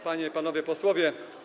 Panie i Panowie Posłowie!